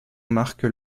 marque